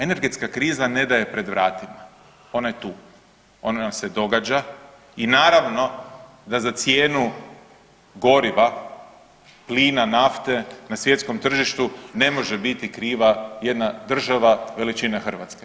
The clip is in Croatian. Energetska kriza ne da je pred vratima, ona je tu, ona nam se događa i naravno da za cijenu goriva, plina, nafte na svjetskom tržištu ne može biti kriva jedna država veličine Hrvatske.